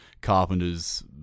carpenters